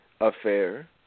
affair